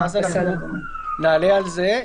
אז נעלה על זה.